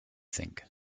think